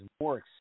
more